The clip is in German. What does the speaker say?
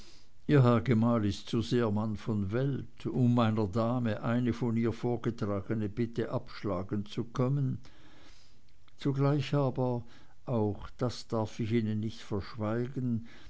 ihr herr gemahl ist zu sehr mann von welt um einer dame eine von ihr vorgetragene bitte abschlagen zu können zugleich aber auch das darf ich ihnen nicht verschweigen